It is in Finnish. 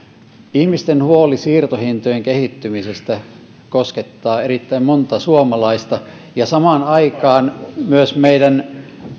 ihmisten huoli siirtohintojen kehittymisestä koskettaa erittäin montaa suomalaista ja samaan aikaan myös meidän